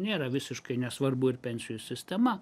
nėra visiškai nesvarbu ir pensijų sistema